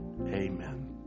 Amen